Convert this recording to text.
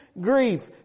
grief